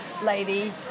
lady